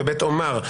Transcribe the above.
בבית אומר,